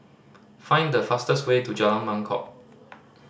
find the fastest way to Jalan Mangkok